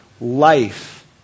Life